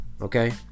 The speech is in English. Okay